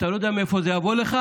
אתה לא יודע מאיפה זה יבוא לך.